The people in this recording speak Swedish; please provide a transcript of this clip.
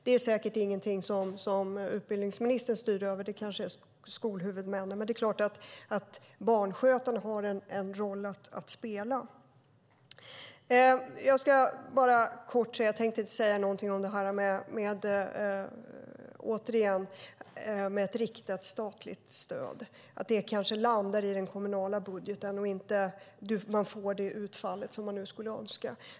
Det är säkert ingenting som utbildningsministern styr över. Det kanske är skolhuvudmännen. Men självklart har barnskötarna en roll att spela. Ett riktat statligt stöd landar i den kommunala budgeten och får kanske inte det utfall man skulle önska.